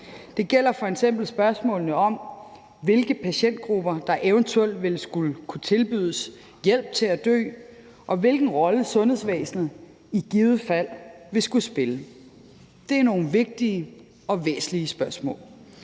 Det gælder f.eks. spørgsmålene om, hvilke patientgrupper der eventuelt ville skulle kunne tilbydes hjælp til at dø, og hvilken rolle sundhedsvæsenet i givet fald ville skulle spille. Det er nogle vigtige og væsentlige spørgsmål.